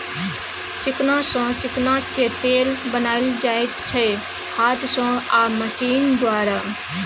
चिकना सँ चिकनाक तेल बनाएल जाइ छै हाथ सँ आ मशीन द्वारा